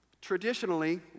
Traditionally